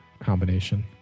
combination